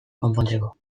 konpontzeko